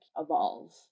evolve